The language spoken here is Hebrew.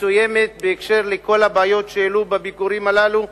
מסוימת בקשר לכל הבעיות שהעלו בביקורים הללו.